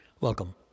Welcome